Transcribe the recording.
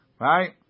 Right